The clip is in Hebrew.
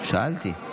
שאלתי.